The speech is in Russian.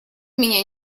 меня